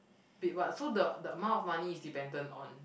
wait what so the the amount of money is dependent on